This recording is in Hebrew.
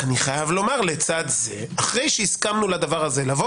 לצד זה, אחרי שהסכמנו לזה, לומר